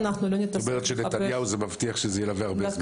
אם נתניהו זומן את אומרת שזה מבטיח שזה ילווה אותנו הרבה זמן.